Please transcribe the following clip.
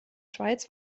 schweiz